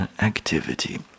activity